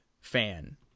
fan